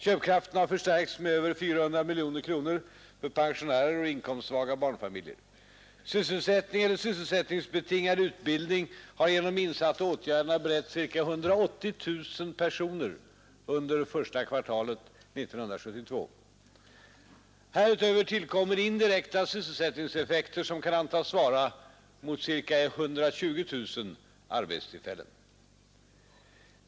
Köpkraften har förstärkts med över 400 miljoner kronor för pensionärer och inkomstsvaga barnfamiljer. Sysselsättning eller sysselsättningsbetingad utbildning har genom de insatta åtgärderna beretts ca 180000 personer under första kvartalet 1972. Härutöver tillkommer indirekta sysselsättningseffekter som kan antas svara mot ca 120 000 arbetstillfällen.